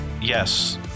Yes